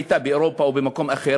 אילו הייתה באירופה או במקום אחר,